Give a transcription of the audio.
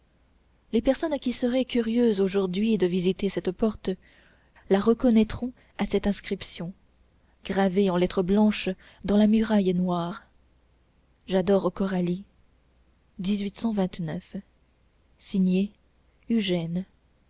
les personnes qui seraient curieuses aujourd'hui de visiter cette porte la reconnaîtront à cette inscription gravée en lettres blanches dans la muraille noire j'adore coralie signé ugène